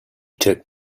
took